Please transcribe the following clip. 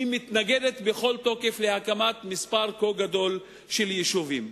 מתנגדת בכל תוקף להקמת מספר כה גדול של יישובים.